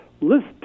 list